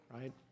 right